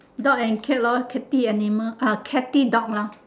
dog and cat lor catty animal ah catty dog lah